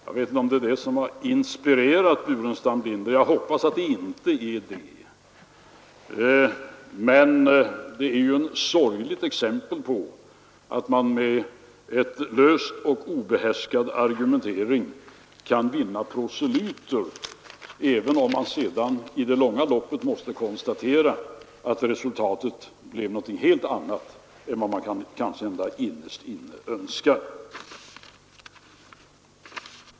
Jag vet inte om det är det som har inspirerat herr Burenstam Linder — jag hoppas att det inte är det. Men det är ju ett sorgligt exempel på att man med en lös och ovederhäftig argumentering kan vinna proselyter, även om man sedan i det långa loppet måste konstatera att resultatet blev någonting helt annat än vad man kanske innerst inne önskar.